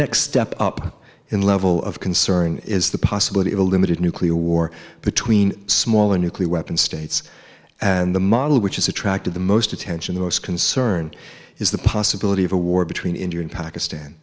next step up in level of concern is the possibility of a limited nuclear war between smaller nuclear weapons states and the model which is attractive the most attention the most concern is the possibility of a war between india and pakistan